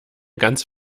ganze